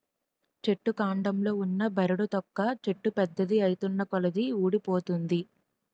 చెట్టు కాండంలో ఉన్న బెరడు తొక్క చెట్టు పెద్దది ఐతున్నకొలది వూడిపోతుంది